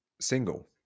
single